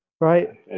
right